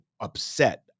upset